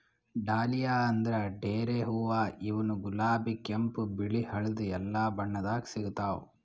dahlia ಅಂದ್ರ ಡೇರೆ ಹೂವಾ ಇವ್ನು ಗುಲಾಬಿ ಕೆಂಪ್ ಬಿಳಿ ಹಳ್ದಿ ಎಲ್ಲಾ ಬಣ್ಣದಾಗ್ ಸಿಗ್ತಾವ್